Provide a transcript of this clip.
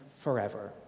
forever